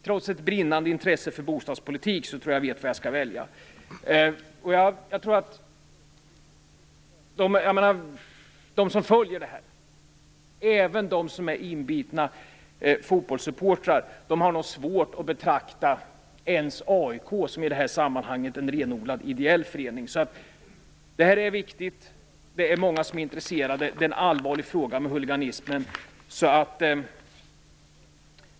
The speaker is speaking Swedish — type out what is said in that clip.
Trots ett brinnande intresse för bostadspolitik vet jag vad jag skall välja. Även de som är inbitna fotbollssupportrar har nog svårt att betrakta AIK som en renodlat ideell förening. Det här är viktigt. Det är många som är intresserade. Huliganismen är en allvarlig fråga.